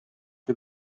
see